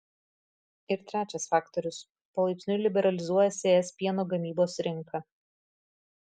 ir trečias faktorius palaipsniui liberalizuojasi es pieno gamybos rinka